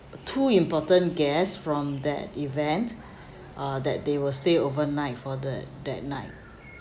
two important guests from that event uh that they will stay overnight for the that night